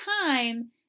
time